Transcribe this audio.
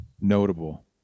notable